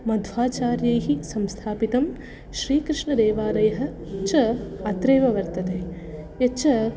मध्वाचार्यैः संस्थापितं श्रीकृष्णदेवालयः च अत्रैव वर्तते यच्च